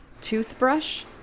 Toothbrush